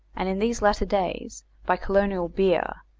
and in these latter days by colonial beer,